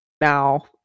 now